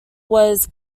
was